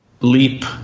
leap